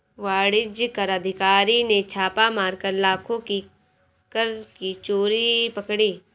वाणिज्य कर अधिकारी ने छापा मारकर लाखों की कर की चोरी पकड़ी